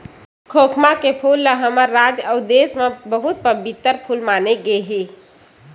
खोखमा के फूल ल हमर राज अउ देस म बहुत पबित्तर फूल माने गे हे